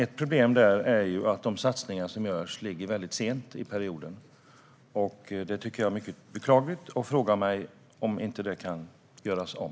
Ett problem med den är att de satsningar som görs ligger sent i perioden. Det är beklagligt. Kan inte det göras om?